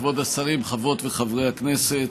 כבוד השרים, חברות וחברי הכנסת,